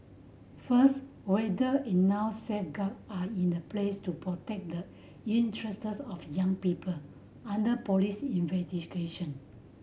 first whether enough safeguard are in the place to protect the interests of young people under police investigation